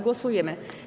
Głosujemy.